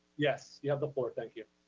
yes, you have the floor. thank you.